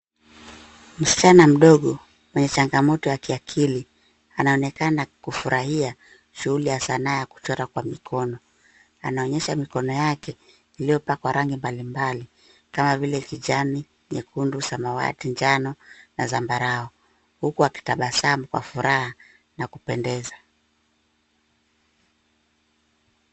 Msichana mdogo, mwenye shangamoto za kiakili, anaonekana kufurahia shoo ya sanaa ya kuchora kwa mikono. Anaonyesha mikono yake iliyopakwa rangi mbalimbali, kama vile kijani, nyekundu, samawati, njano, na zambarau. Uso wake umetabasamu kwa furaha na kupendeza.